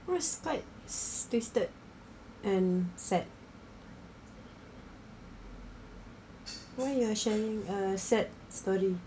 twisted and sad why ah sharing uh sad story